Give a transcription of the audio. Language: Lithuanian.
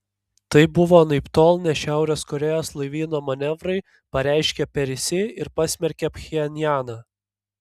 tai buvo anaiptol ne šiaurės korėjos laivyno manevrai pareiškė perisi ir pasmerkė pchenjaną